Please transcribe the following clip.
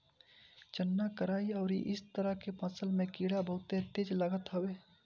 चना, कराई अउरी इ तरह के फसल में कीड़ा बहुते तेज लागत हवे